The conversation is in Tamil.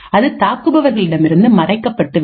அது தாக்குபவர்களிடமிருந்து மறைக்கப்பட்டுவிடும்